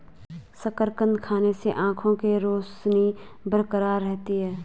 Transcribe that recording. शकरकंद खाने से आंखों के रोशनी बरकरार रहती है